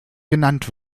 genannt